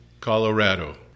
Colorado